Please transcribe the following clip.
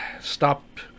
stopped